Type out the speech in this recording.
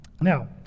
Now